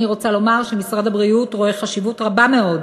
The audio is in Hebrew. אני רוצה לומר שמשרד הבריאות רואה חשיבות רבה מאוד